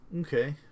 okay